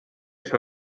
üks